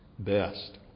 Best